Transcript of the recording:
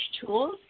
tools